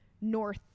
north